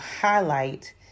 highlight